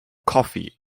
coffee